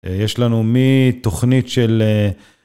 יש לנו מתוכנית של...